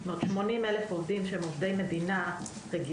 זאת אומרת: 80 אלף עובדים שהם עובדי מדינה רגילים,